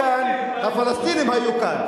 וכאשר אורסלם היה כאן, הפלסטינים היו כאן.